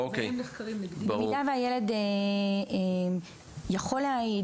במידה והילד יכול להעיד,